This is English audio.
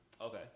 Okay